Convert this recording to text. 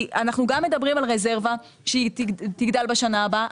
אנחנו גם מדברים על רזרבה שתגדל בשנה הבאה.